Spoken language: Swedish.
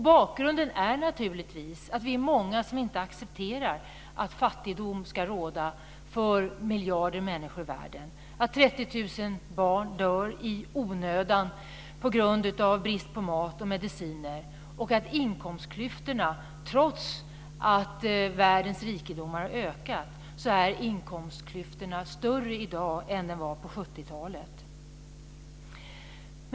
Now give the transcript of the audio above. Bakgrunden är naturligtvis att vi är många som inte accepterar att fattigdom råder för miljarder människor i världen och att 30 000 barn dör i onödan på grund av brist på mat och mediciner. Trots att världens rikedomar ökar är inkomstklyftorna större i dag än vad de var på 70-talet.